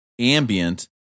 ambient